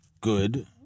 good